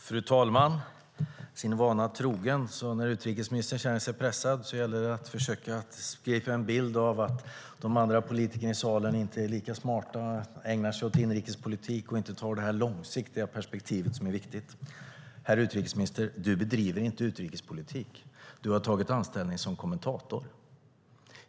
Fru talman! Sin vana trogen när utrikesministern känner sig pressad gäller det att försöka spegla en bild av att de andra politikerna i salen inte är lika smarta, att de ägnar sig åt inrikespolitik och inte har det långsiktiga perspektivet som är viktigt. Herr utrikesminister, du bedriver inte utrikespolitik. Du har tagit anställning som kommentator.